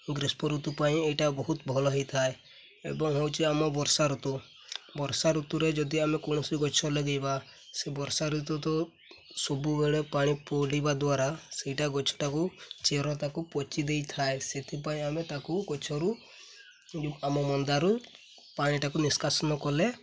ଗ୍ରୀଷ୍ପଋତୁ ପାଇଁ ଏଇଟା ବହୁତ ଭଲ ହେଇଥାଏ ଏବଂ ହେଉଛି ଆମ ବର୍ଷା ଋତୁ ବର୍ଷା ଋତୁରେ ଯଦି ଆମେ କୌଣସି ଗଛ ଲଗାଇବା ସେ ବର୍ଷା ଋତୁ ତ ସବୁବେଳେ ପାଣି ପଡ଼ିବା ଦ୍ୱାରା ସେଇଟା ଗଛଟାକୁ ଚେର ତାକୁ ପଚି ଦେଇଥାଏ ସେଥିପାଇଁ ଆମେ ତାକୁ ଗଛରୁ ଆମ ମନ୍ଦାରୁ ପାଣିଟାକୁ ନିଷ୍କାସନ କଲେ